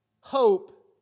hope